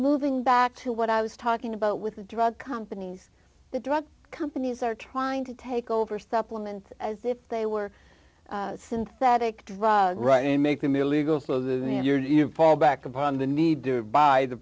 moving back to what i was talking about with the drug companies the drug companies are trying to take over supplements as if they were synthetic drug right and make them illegal so that endured you fall back upon the need to buy the